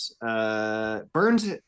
Burns